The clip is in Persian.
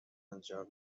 انجام